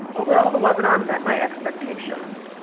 overall the webinar met my expectations.